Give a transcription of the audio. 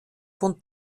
von